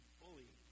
fully